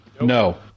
No